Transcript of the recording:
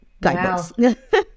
guidebooks